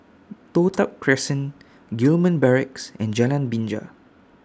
Toh Tuck Crescent Gillman Barracks and Jalan Binja